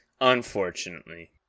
Unfortunately